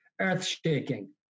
earth-shaking